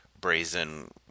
brazen